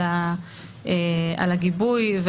על הגיבוי,